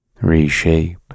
reshape